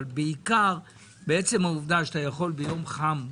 אבל בעיקר מעצם העובדה שביום חם מאוד,